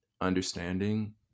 understanding